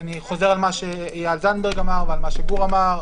אני חוזר על מה שאמרו איל זנדברג וגור בליי,